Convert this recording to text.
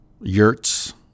yurts